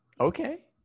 Okay